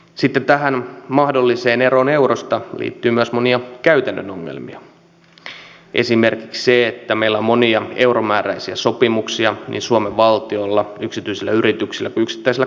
sitten tähän mahdolliseen eroon eurosta liittyy myös monia käytännön ongelmia esimerkiksi se että meillä on monia euromääräisiä sopimuksia niin suomen valtiolla yksityisillä yrityksillä kuin yksittäisillä kansalaisilla